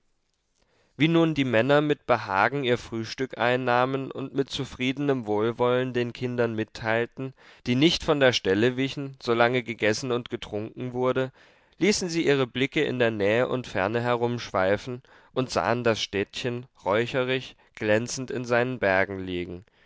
wie nun die männer mit behagen ihr frühstück einnahmen und mit zufriedenem wohlwollen den kindern mitteilten die nicht von der stelle wichen solange gegessen und getrunken wurde ließen sie ihre blicke in der nähe und ferne herumschweifen und sahen das städtchen räucherig glänzend in seinen bergen liegen